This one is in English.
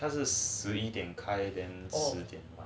它是十一点开十一点